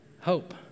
hope